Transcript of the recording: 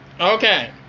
Okay